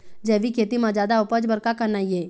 जैविक खेती म जादा उपज बर का करना ये?